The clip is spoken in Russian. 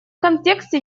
контексте